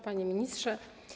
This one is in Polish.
Panie Ministrze!